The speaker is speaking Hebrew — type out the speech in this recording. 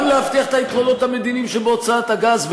גם להבטיח את היתרונות המדיניים שבהוצאת הגז,